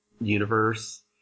universe